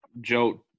joe